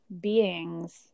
beings